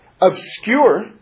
obscure